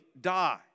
die